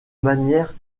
manière